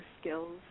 skills